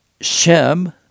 Shem